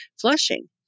flushing